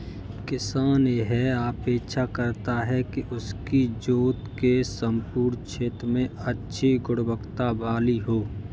किसान यह अपेक्षा करता है कि उसकी जोत के सम्पूर्ण क्षेत्र में अच्छी गुणवत्ता वाली हो